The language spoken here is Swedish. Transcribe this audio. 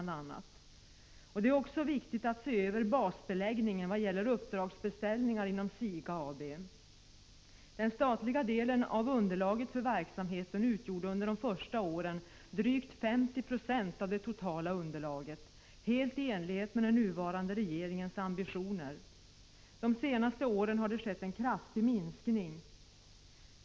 Det är också viktigt att se över basbeläggningen vad gäller uppdragsbeställningar inom SIGA AB. Den statliga delen av underlaget för verksamheten utgjorde under de första åren drygt 50 96 av det totala underlaget, helt i enlighet med den nuvarande regeringens ambitioner. De senaste åren har det skett en kraftig minskning.